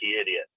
idiot